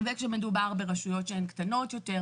וכשמדובר ברשויות שהן קטנות יותר,